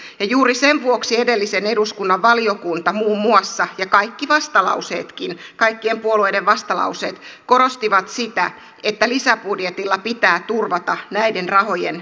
ja juuri sen vuoksi edellisen eduskunnan valiokunta muun muassa ja kaikki vastalauseetkin kaikkien puolueiden vastalauseet korostivat sitä että lisäbudjetilla pitää turvata näiden rahojen riittävyys